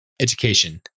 education